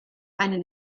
einen